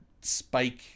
spike